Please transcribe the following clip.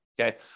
okay